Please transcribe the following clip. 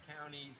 counties